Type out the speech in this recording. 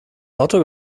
auto